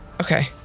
okay